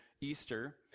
Easter